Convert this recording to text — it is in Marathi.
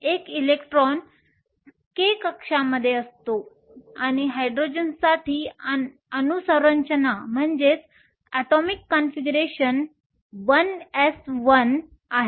एक इलेक्ट्रॉन k कक्षामध्ये आहे आणि हायड्रोजनसाठी अणू संरचना 1s1 आहे